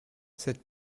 cette